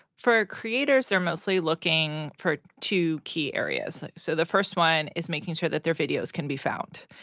for creators, they're mostly looking for two key areas. so the first one is making sure that their videos can be found.